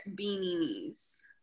beanie's